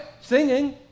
Singing